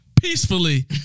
peacefully